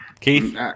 Keith